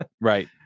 right